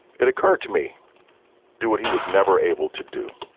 it occurred to me do what he was never able to do.